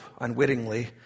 unwittingly